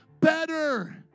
better